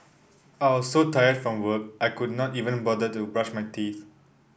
I was so tired from work I could not even bother to brush my teeth